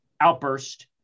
outburst